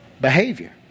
behavior